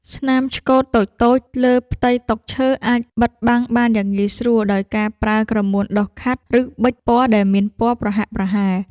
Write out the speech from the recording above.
ស្នាមឆ្កូតតូចៗលើផ្ទៃតុឈើ អាចបិទបាំងបានយ៉ាងងាយស្រួលដោយការប្រើក្រមួនដុសខាត់ ឬប៊ិចពណ៌ដែលមានពណ៌ប្រហាក់ប្រហែល។